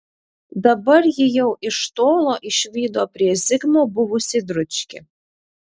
dabar ji jau iš tolo išvydo prie zigmo buvusį dručkį